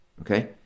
okay